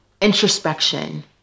introspection